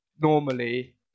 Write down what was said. normally